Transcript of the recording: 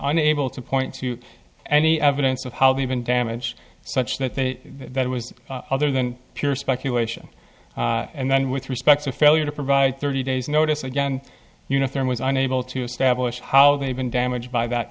unable to point to any evidence of how to even damage such that the that was other than pure speculation and then with respect to failure to provide thirty days notice again uniform was unable to establish how they've been damaged by that